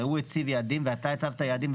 הרי הוא הציב יעדים ואתה הצבת יעדים,